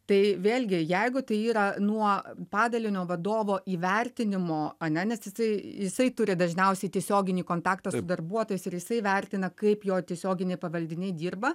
tai vėlgi jeigu tai yra nuo padalinio vadovo įvertinimo ane nes jisai jisai turi dažniausiai tiesioginį kontaktą su darbuotojais ir jisai vertina kaip jo tiesioginiai pavaldiniai dirba